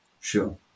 Sure